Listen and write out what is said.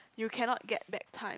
you cannot get back time